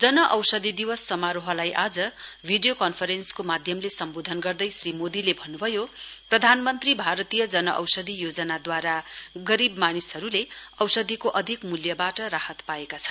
जन औषधी दिवस समारोहलाई आज भिडियो कन्फरेन्सको माध्यमले सम्बोधन गर्दै श्री मोदीले भन्नुभयो प्रधानमन्त्री भारतीय जन औषधी योजनाद्वारा गरीब मानिसहरूले औषधीको अधिक मूल्यबाट राहत पाएका छन्